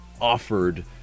offered